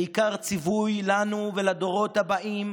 ציווי לנו ולדורות הבאים